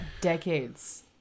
decades